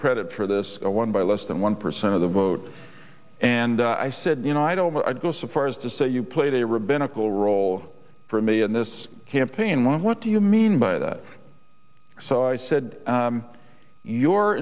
credit for this one by less than one percent of the vote and i said you know i don't know i'd go so far as to say you played a rabbinical role for me in this campaign what do you mean by that so i said your